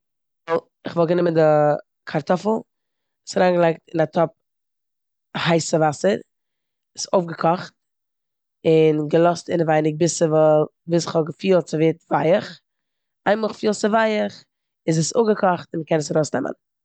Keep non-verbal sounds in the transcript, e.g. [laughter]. [unintelligible] כ'וואלט גענומען די קארטאפל, עס אריינגעלייגט אין א טאפ הייסע וואסער, עס אויפגעקאכט און געלאזט אינעווייניג ביז ס'וואל- ביז כ'האב געפילט אז ס'ווערט ווייעך. איינמאל כ'פיל ס'איז ווייעך איז עס אפגעקאכט און מ'קען עס ארויסנעמען.